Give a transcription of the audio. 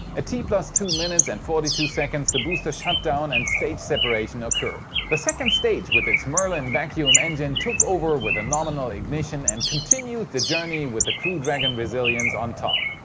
ah t two minutes and forty two seconds the booster shut down and stage separation occurred. the second stage with its merlin vacuum engine took over with a nominal ignition and continued the journey with crew dragon resilience on top.